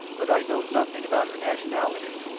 but i know nothing about her nationality.